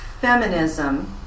feminism